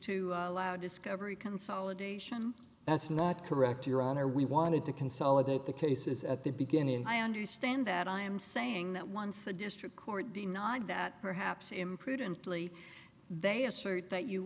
to allow discovery consolidation that's not correct your honor we wanted to consolidate the cases at the beginning and i understand that i am saying that once the district court denied that perhaps imprudently they assert that you